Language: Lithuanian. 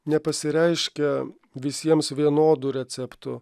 nepasireiškia visiems vienodu receptu